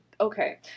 okay